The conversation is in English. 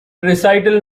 recital